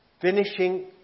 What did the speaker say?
finishing